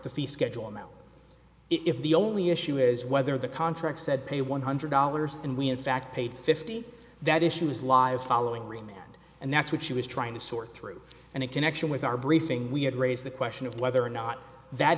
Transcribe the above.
fee schedule amount if the only issue is whether the contract said pay one hundred dollars and we in fact paid fifty that issues lives following remained and that's what she was trying to sort through and a connection with our briefing we had raised the question of whether or not that